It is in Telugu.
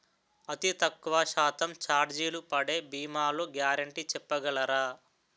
అతి తక్కువ శాతం ఛార్జీలు పడే భీమాలు గ్యారంటీ చెప్పగలరా?